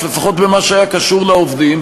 לפחות במה שהיה קשור לעובדים,